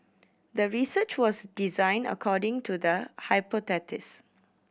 the research was designed according to the hypothesis